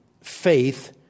faith